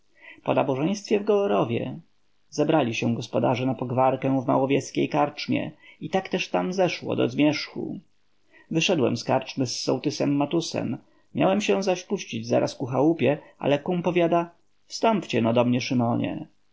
po nabożeństwie w goworowie zebrali się gospodarze na pogwarkę w małowieskiej karczmie i tak też tam zeszło do zmierzchu wyszedłem z karczmy z sołtysem matusem miałem się zaś puścić zaraz ku chałupie ale kum powiada wstąpcie no do mnie szymonie